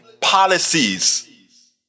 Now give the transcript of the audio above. policies